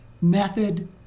method